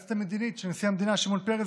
היועצת המדינית של נשיא המדינה שמעון פרס,